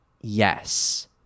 Yes